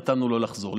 נתנו לו לחזור.